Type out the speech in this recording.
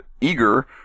eager